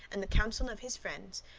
and the counsel of his friends,